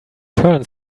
turn